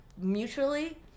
mutually